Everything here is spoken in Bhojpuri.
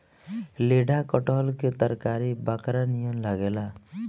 लेढ़ा कटहल के तरकारी बकरा नियन लागेला